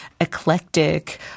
eclectic